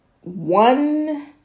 one